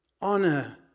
Honor